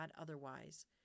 otherwise